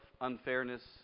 unfairness